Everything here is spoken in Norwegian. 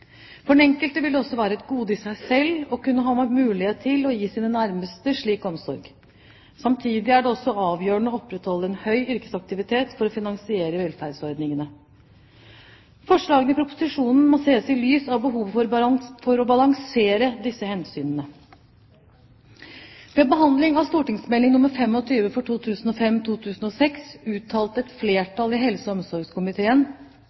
For den enkelte vil det også være et gode i seg selv å kunne ha mulighet til å gi sine nærmeste slik omsorg. Samtidig er det avgjørende å opprettholde en høy yrkesaktivitet for å finansiere velferdsordningene. Forslagene i proposisjonen må ses i lys av behovet for å balansere disse hensynene. Ved behandlingen av St.meld. nr. 25 for 2005–2006 uttalte et